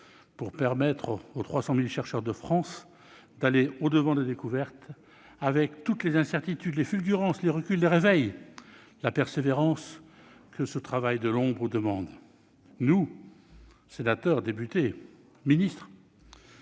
pour permettre aux 300 000 chercheurs de France d'aller au-devant des découvertes, avec toutes les incertitudes, les fulgurances, les reculs, les réveils, la persévérance que demande ce travail de l'ombre. Nous, sénateurs, députés, ministres,